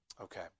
Okay